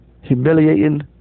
humiliating